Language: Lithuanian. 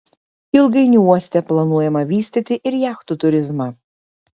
ilgainiui uoste planuojama vystyti ir jachtų turizmą